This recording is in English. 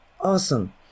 awesome